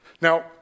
Now